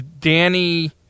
Danny